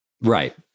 right